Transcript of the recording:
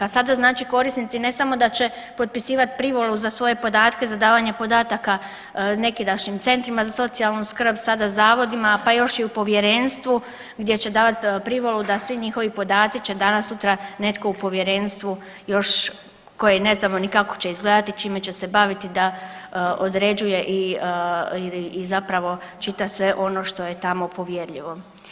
Sada znači korisnici ne samo da će potpisivati privolu za svoje podatke, za davanje podataka nekidašnjim centrima za socijalnu skrb sada zavodima, pa još i u povjerenstvu gdje će davati privolu da svi njihovi podaci će danas sutra netko u povjerenstvu koje ne znamo ni kako će izgledati, čime će se baviti da određuje i zapravo čita sve ono što je tamo povjerljivo.